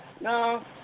No